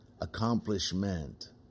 accomplishment